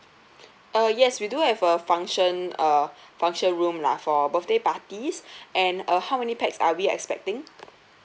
uh yes we do have a function uh function room lah for birthday parties and uh how many pax are we expecting